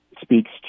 speaks